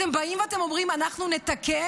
אתם באים ואתם אומרים: אנחנו נתקן,